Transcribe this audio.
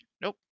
Nope